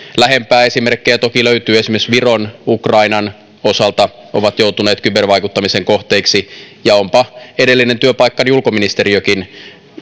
lähempää esimerkkejä toki löytyy esimerkiksi viron ja ukrainan osalta ne ovat joutuneet kybervaikuttamisen kohteiksi ja onpa edellinen työpaikkani ulkoministeriökin